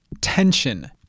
Tension